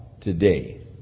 today